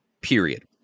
period